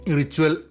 ritual